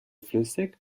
flüssig